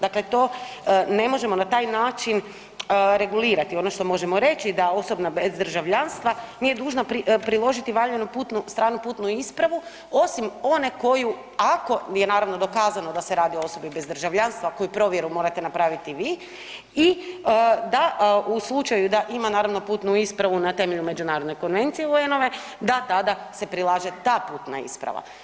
Dakle to, ne možemo na taj način regulirati odnosno možemo reći da osoba bez državljanstva nije dužna priložiti valjanu putnu, stranu putnu ispravu osim one koju ako je naravno dokazano da se radi o osobi bez državljanstva koju provjeru morate napraviti vi i da u slučaju da ima naravno putnu ispravu na temelju Međunarodne konvencije UN-ove da tada se prilaže ta putna isprava.